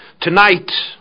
Tonight